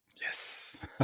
Yes